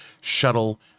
shuttle